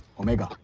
omega.